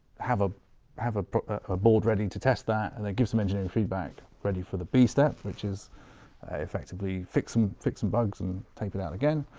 have ah have a board ready to test that, and then give some engineering feedback ready for the b step. which is effectively fixing fixing bugs, and take it out again.